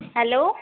hello